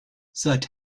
seit